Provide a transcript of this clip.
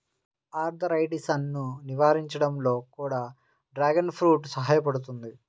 ఆర్థరైటిసన్ను నివారించడంలో కూడా డ్రాగన్ ఫ్రూట్ పండు సహాయపడుతుంది